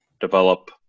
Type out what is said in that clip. develop